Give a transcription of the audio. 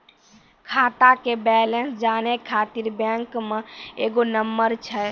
खाता के बैलेंस जानै ख़ातिर बैंक मे एगो नंबर छै?